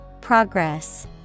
Progress